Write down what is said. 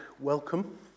welcome